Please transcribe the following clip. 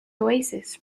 oasis